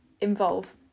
involve